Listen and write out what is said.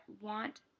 want